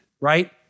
right